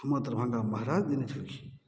हमर दरभंगा महराज लेने छलखिन